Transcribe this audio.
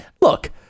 Look